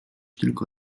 tylko